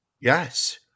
Yes